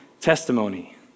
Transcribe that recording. testimony